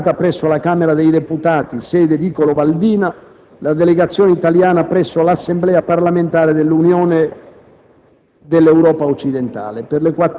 Per le ore 14 è convocata, presso la Camera dei deputati, sede di Vicolo Valdina, la delegazione italiana presso l'Assemblea parlamentare dell'Unione